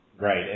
Right